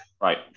Right